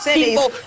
people